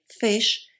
fish